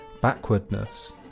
backwardness